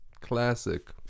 classic